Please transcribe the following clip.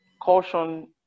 Caution